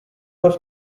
was